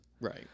Right